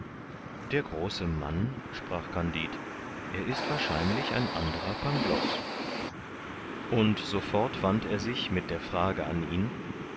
der große mann sprach kandid er ist wahrscheinlich ein anderer pangloß und sofort wandt er sich mit der frage an ihn